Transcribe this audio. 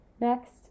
next